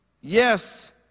Yes